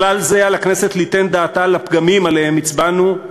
בכלל זה על הכנסת ליתן דעתה על הפגמים עליהם הצבענו,